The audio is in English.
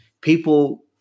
People